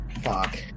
fuck